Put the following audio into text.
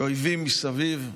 כשאויבים מסביב,